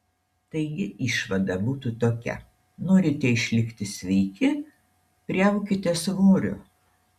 taigi išvada būtų tokia norite išlikti sveiki priaukite svorio